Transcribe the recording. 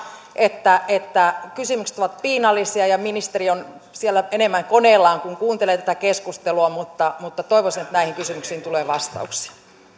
että että kysymykset ovat piinallisia ja ministeri on siellä enemmän koneellaan kuin kuuntelee tätä keskustelua mutta mutta toivoisin että näihin kysymyksiin tulee vastauksia